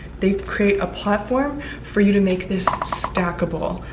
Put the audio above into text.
they create a platform for you to make this stackable.